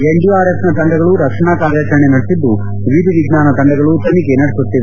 ಎನ್ಡಿಆರ್ಎಫ್ನ ತಂಡಗಳು ರಕ್ಷಣಾ ಕಾರ್ಯಾಚರಣೆ ನಡೆಸಿದ್ದು ವಿಧಿ ವಿಜ್ಞಾನ ತಂಡಗಳು ತನಿಖೆ ನಡೆಸುತ್ತಿವೆ